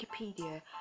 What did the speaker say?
Wikipedia